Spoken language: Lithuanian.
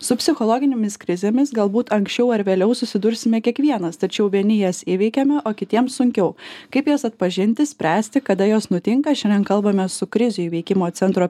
su psichologinėmis krizėmis galbūt anksčiau ar vėliau susidursime kiekvienas tačiau vieni jas įveikiame o kitiems sunkiau kaip jas atpažinti spręsti kada jos nutinka šiandien kalbamės su krizių įveikimo centro